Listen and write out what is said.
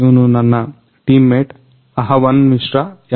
ಇವ್ನು ನನ್ನ teammate Ahvan Mishra M